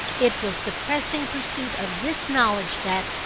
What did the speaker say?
it was the pressing pursuit of this knowledge that,